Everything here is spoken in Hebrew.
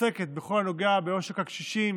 שעוסקת בכל מה שנוגע לעושק הקשישים,